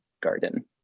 garden